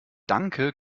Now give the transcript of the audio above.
danke